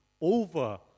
over